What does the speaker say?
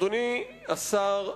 אדוני השר,